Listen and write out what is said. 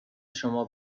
شما